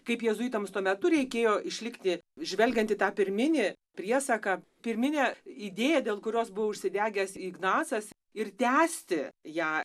kaip jėzuitams tuo metu reikėjo išlikti žvelgiant į tą pirminį priesaką pirminę idėją dėl kurios buvo užsidegęs ignacas ir tęsti ją